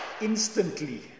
instantly